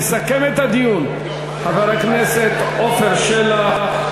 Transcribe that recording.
יסכם את הדיון חבר הכנסת עפר שלח,